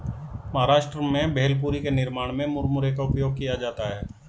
महाराष्ट्र में भेलपुरी के निर्माण में मुरमुरे का उपयोग किया जाता है